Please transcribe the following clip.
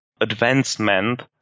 advancement